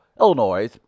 Illinois